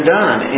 done